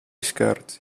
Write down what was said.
scherzi